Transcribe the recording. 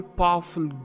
powerful